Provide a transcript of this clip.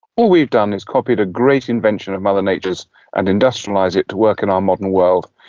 all we've done is copied a great invention of mother nature's and industrialise it to work in our modern world.